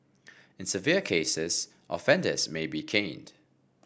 in severe cases offenders may be caned